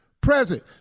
present